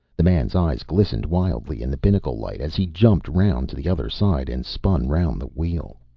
the man's eyes glistened wildly in the binnacle light as he jumped round to the other side and spun round the wheel.